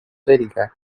selge